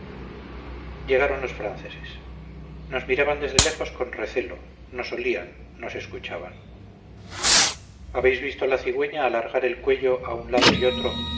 llegaron los franceses nos miraban desde lejos con recelo nos olían nos escuchaban habéis visto a la cigüeña alargar el cuello a un lado y otro